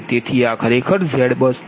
તેથી આ ખરેખર ZBUSNEW છે